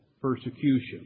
persecution